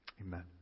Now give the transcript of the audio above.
Amen